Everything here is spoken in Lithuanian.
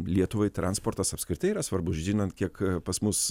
lietuvai transportas apskritai yra svarbus žinant kiek pas mus